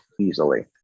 easily